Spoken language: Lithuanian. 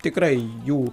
tikrai jų